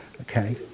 Okay